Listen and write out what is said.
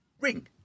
Ring